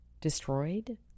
destroyed